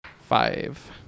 Five